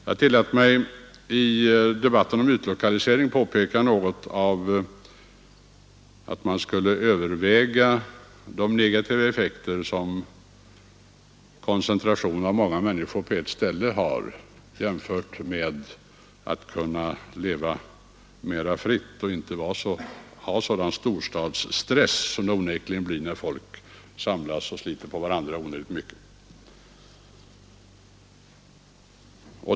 Jag tillät mig i debatten om utlokalisering påpeka att man borde överväga de negativa effekter som koncentration av många människor på ett ställe har jämfört med ett mera fritt liv utan sådan storstadsstress som onekligen följer med att folk samlas och sliter på varandra onödigt mycket.